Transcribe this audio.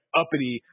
uppity